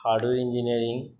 hardware engineering